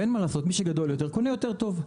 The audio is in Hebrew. ומי שגדול יותר קונה יותר טוב,